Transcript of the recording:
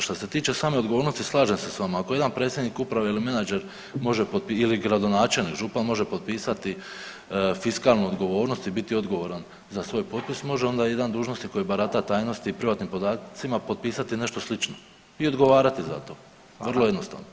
Što se tiče same odgovornosti slažem se s vama, ako jedan predsjednik uprave ili menadžer može, ili gradonačelnik, župan može potpisati fiskalnu odgovornost i biti odgovoran za svoj potpis može onda jedna dužnosnik koji barata tajnosti i privatnim podacima potpisati nešto slično i odgovarati za to [[Upadica: Hvala.]] vrlo jednostavno.